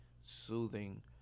soothing